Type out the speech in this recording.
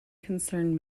concerned